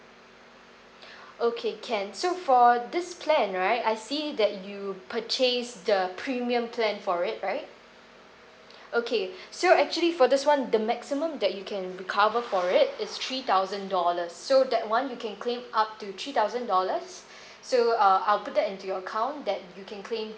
okay can so for this plan right I see that you purchased the premium plan for it right okay so actually for this one the maximum that you can recover for it is three thousand dollars so that one you can claim up to three thousand dollars so uh I'll put that into your account that you can claim